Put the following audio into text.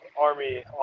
Army